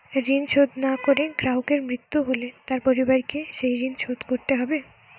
ঋণ শোধ না করে গ্রাহকের মৃত্যু হলে তার পরিবারকে সেই ঋণ শোধ করতে হবে?